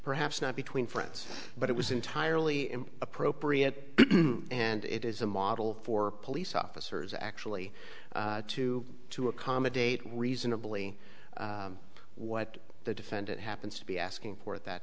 perhaps not between friends but it was entirely appropriate and it is a model for police officers actually to to accommodate reasonably what the defendant happens to be asking for at that